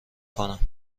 کنم